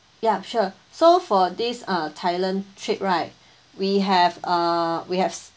ya sure so for this uh thailand trip right we have uh we have